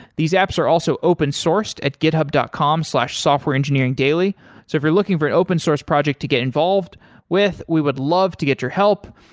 these apps are also open-sourced at github dot com slash softwareengineeringdaily. so if you're looking for an open source project to get involved with, we would love to get your help.